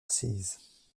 sées